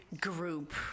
group